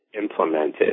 implemented